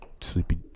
sleepy